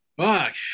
Fuck